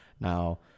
Now